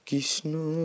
Kishno